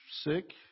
sick